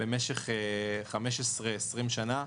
במשך 15, 20 שנה,